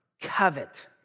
covet